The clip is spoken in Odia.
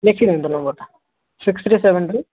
ଲେଖି ନିଅନ୍ତୁ ନମ୍ବରଟା ସିକ୍ସ ଥ୍ରୀ ସେଭେନ୍ ଥ୍ରୀ